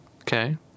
Okay